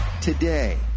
today